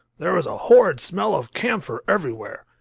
there was a horrid smell of camphor everywhere.